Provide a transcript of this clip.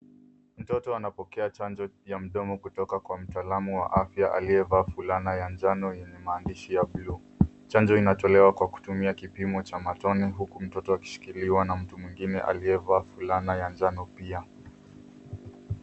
Mtoto anapokea chanjo ya mdomo kutoka kwa mtaalamu wa afya aliyevaa fulana ya njano yenye maandishi ya buluu. Chanjo inatolewa kwa kutumia kipimo cha matone huku mtoto akishikiliwa na mtu mwingine aliyevaa fulana ya njano pia.